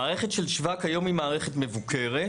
המערכת של שבא כיום היא מערכת מבוקרת,